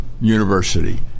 university